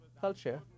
culture